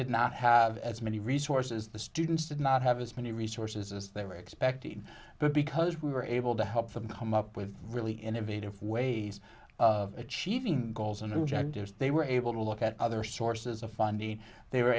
did not have as many resources the students did not have as many resources as they were expecting but because we were able to help them come up with really innovative ways of achieving goals and objectives they were able to look at other sources of funding they were